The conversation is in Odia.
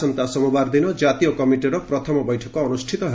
ଆସନ୍ତା ସୋମବାରଦିନ ଜାତୀୟ କମିଟିର ପ୍ରଥମ ବୈଠକ ଅନୁଷ୍ଠିତ ହେବ